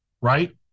right